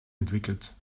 entwickelt